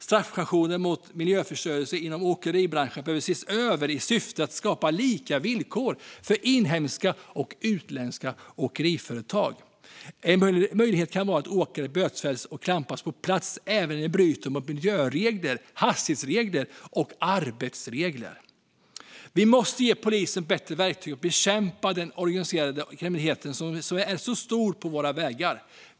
Straffsanktioner mot miljöförstörelse inom åkeribranschen behöver ses över i syfte att skapa lika villkor för inhemska och utländska åkeriföretag. En möjlighet kan vara att åkare bötfälls och klampas på plats även när de bryter mot miljöregler, hastighetsregler eller arbetsregler. Vi måste ge polisen bättre verktyg att bekämpa den organiserade kriminaliteten, som är stor på våra vägar.